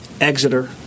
Exeter